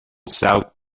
south